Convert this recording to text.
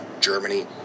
Germany